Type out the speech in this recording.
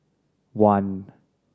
one